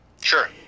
Sure